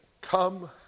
come